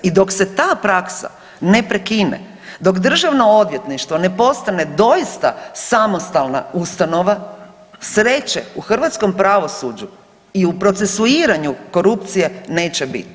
I dok se ta praksa ne prekine, dok državno odvjetništvo ne postane doista samostalna ustanova, sreće u hrvatskom pravosuđu i u procesuiranju korupcije neće biti.